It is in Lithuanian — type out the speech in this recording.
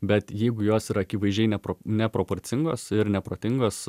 bet jeigu jos yra akivaizdžiai nepro neproporcingos ir neprotingos